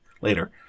Later